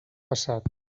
passat